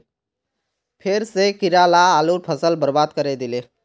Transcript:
फेर स कीरा ला आलूर फसल बर्बाद करे दिले